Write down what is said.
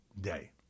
day